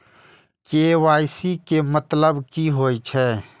KYC के मतलब की होई छै?